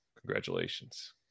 Congratulations